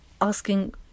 asking